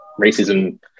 racism